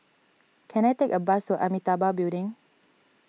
can I take a bus to Amitabha Building